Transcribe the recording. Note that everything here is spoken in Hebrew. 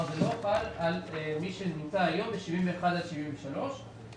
זה לא חל על מי שנמצא היום ב-71 עד 73 ומ-81